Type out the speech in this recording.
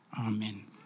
Amen